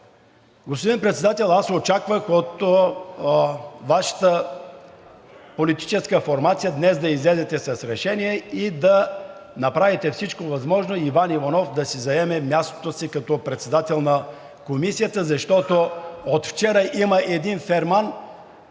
Господин Председател, аз очаквах от Вашата политическа формация днес да излезете с решение и да направите всичко възможно Иван Иванов да заеме мястото си като председател на Комисията, защото от вчера има един ферман,